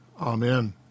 Amen